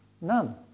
None